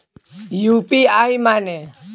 UPI माने?